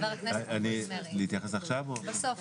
בבקשה.